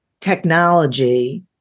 technology